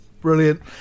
Brilliant